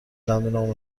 دندونامو